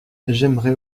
j’aimerais